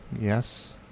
Yes